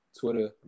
Twitter